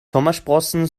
sommersprossen